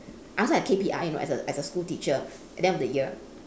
I also have K_P_I you know as a as a school teacher at the end of the year